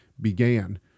began